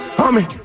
homie